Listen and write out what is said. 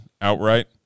outright